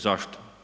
Zašto?